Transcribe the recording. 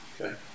Okay